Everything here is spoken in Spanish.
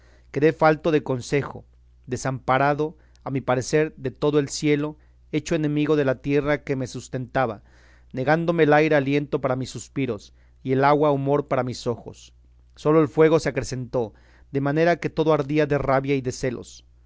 perdido quedé falto de consejo desamparado a mi parecer de todo el cielo hecho enemigo de la tierra que me sustentaba negándome el aire aliento para mis suspiros y el agua humor para mis ojos sólo el fuego se acrecentó de manera que todo ardía de rabia y de celos